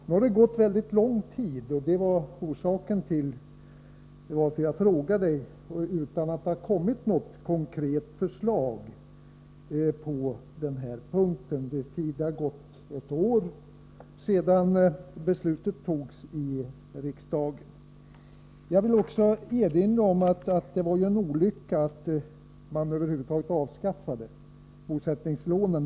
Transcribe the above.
Nu har det gått en lång tid utan att något konkret förslag har presenterats — det var orsaken till att jag ställde min fråga. Det har gått ett år sedan beslutet fattades i riksdagen. Jag vill också framhålla att det var olyckligt att man över huvud taget avskaffade de statliga bosättningslånen.